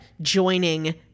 joining